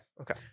okay